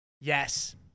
Yes